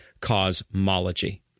cosmology